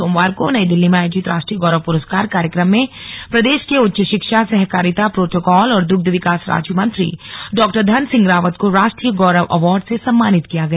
सोमवार को नई दिल्ली में आयोजित राष्ट्रीय गौरव पुरस्कार कार्यक्रम में प्रदेश के उच्च शिक्षा सहकारिता प्रोटोकाल और दुग्ध विकास राज्यमंत्री डॉधन सिंह रावत को राष्ट्रीय गौरव अवार्ड से सम्मानित किया गया